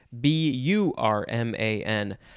B-U-R-M-A-N